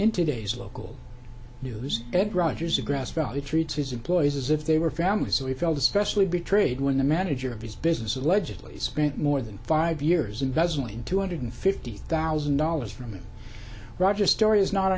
in today's local news ed rogers a grass valley treats his employees as if they were family so he felt especially betrayed when the manager of his business allegedly spent more than five years and doesn't two hundred fifty thousand dollars from roger story is not